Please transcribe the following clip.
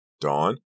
Dawn